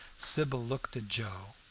sybil looked at joe,